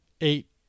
eight